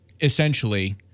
essentially